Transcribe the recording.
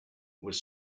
was